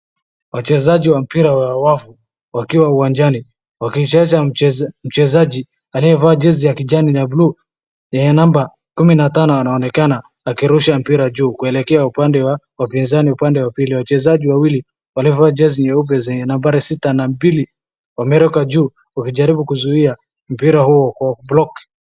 Wachezaji wa mpira wa wakfu wakiwa uwanjani wakicheza ,mchezaji aliyevaa jezi ya kijani na buluu yenye namba kumi na tano anaonekana akirusha mpira juu ukielekea kwa upande wa wapinzani wake . Wachezaji wawili walievaa jezi zenye nambari sita na mbili wameruka juu wakijaribbu kuzui mpira huo kwa kublock